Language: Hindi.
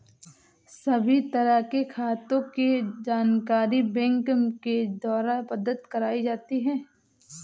सभी तरह के खातों के जानकारी बैंक के द्वारा प्रदत्त कराई जाती है